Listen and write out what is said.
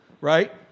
right